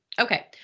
Okay